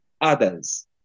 others